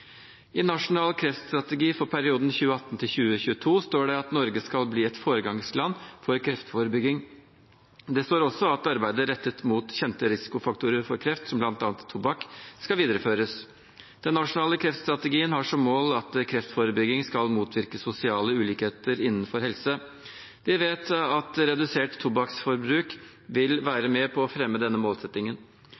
I Nasjonal kreftstrategi for perioden 2018–2022 står det at Norge skal bli et foregangsland for kreftforebygging. Det står også at arbeidet rettet mot kjente risikofaktorer for kreft, som bl.a. tobakk, skal videreføres. Den nasjonale kreftstrategien har som mål at kreftforebygging skal motvirke sosiale ulikheter innenfor helse. Vi vet at redusert tobakksforbruk vil være